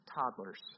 toddlers